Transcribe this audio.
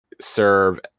serve